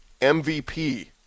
MVP